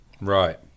Right